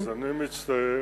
אני מצטער.